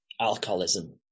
alcoholism